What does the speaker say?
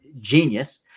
genius